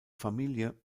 familie